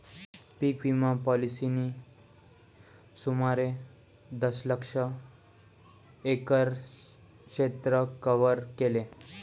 पीक विमा पॉलिसींनी सुमारे दशलक्ष एकर क्षेत्र कव्हर केले